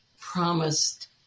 promised